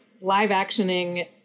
live-actioning